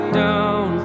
down